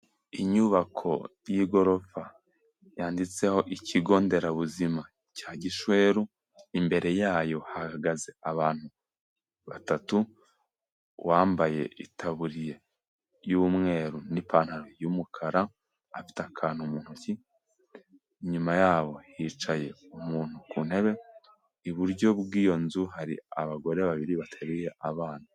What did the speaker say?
Inyubako y'igorofa yanditseho ikigo nderabuzima cya Gishweru, imbere yayo hahagaze abantu batatu, uwambaye itaburiya y'umweru n'ipantaro y'umukara afite akantu mu ntoki, inyuma yabo hicaye umuntu ku ntebe, iburyo bw'iyo nzu hari abagore babiri bateruye abana.